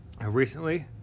recently